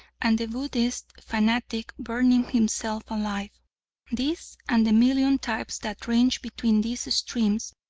and the buddhist fanatic burning himself alive these and the million types that range between these extremes,